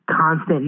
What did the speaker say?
constant